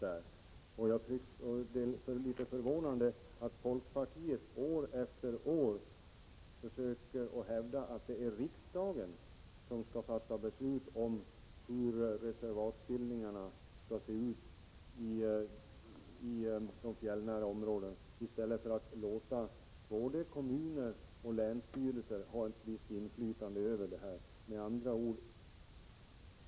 Det är förvånande att folkpartiet år efter år försöker hävda att det är riksdagen som skall fatta beslut om hur reservatsbildningarna skall se ut i de fjällnära områdena, i stället för att låta kommuner och länsstyrelser ha ett visst inflytande.